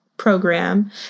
program